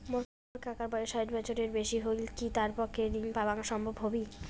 মোর কাকার বয়স ষাট বছরের বেশি হলই কি তার পক্ষে ঋণ পাওয়াং সম্ভব হবি?